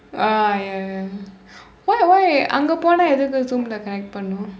ah ya ya why why அங்க போய் எதுக்கு:angka pooy ethukku zoom-lae connect பண்ணனும்:pannanum